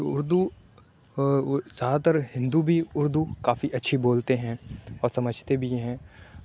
اُردو زیادہ تر ہندو بھی اُردو کافی اچھی بولتے ہیں اور سمجھتے بھی ہیں